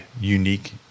unique